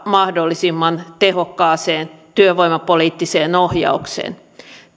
mahdollisimman tehokkaaseen työvoimapoliittiseen ohjaukseen